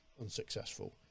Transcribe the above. unsuccessful